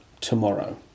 tomorrow